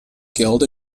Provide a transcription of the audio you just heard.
guild